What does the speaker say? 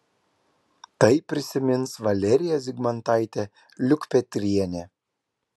tai prisimins valerija zigmantaitė liukpetrienė